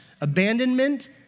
abandonment